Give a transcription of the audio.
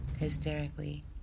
hysterically